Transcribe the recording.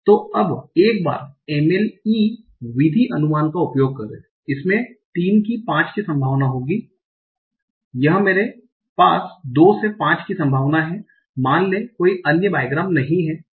तो अब एक बार MLE विधि अनुमान का उपयोग करें इसमें 3 की 5 की संभावना होगी यह मेरे पास 2 से 5 की संभावना है मान लें कि कोई अन्य बाईग्राम नहीं है और इसकी संभावना 0 है